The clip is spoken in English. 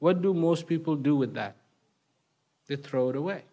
what do most people do with that they throw it away